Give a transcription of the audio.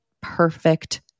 perfect